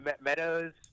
Meadows